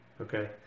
okay